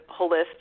holistic